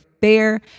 fair